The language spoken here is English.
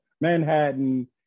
Manhattan